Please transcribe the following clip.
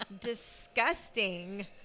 Disgusting